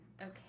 Okay